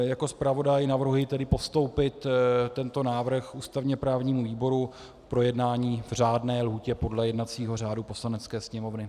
Jako zpravodaj navrhuji postoupit tento návrh ústavněprávnímu výboru k projednání v řádné lhůtě podle jednacího řádu Poslanecké sněmovny.